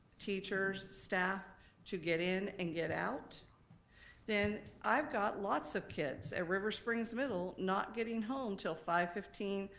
teachers, staff to get in and get out then i've got lots of kids at river springs middle not getting home til five fifteen,